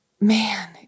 man